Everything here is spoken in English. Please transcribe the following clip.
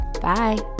Bye